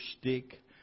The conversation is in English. stick